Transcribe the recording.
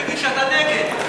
תגיד שאתה נגד.